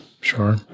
Sure